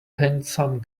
handsome